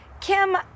Kim